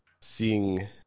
seeing –